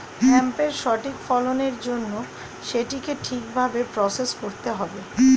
হেম্পের সঠিক ফলনের জন্য সেটিকে ঠিক ভাবে প্রসেস করতে হবে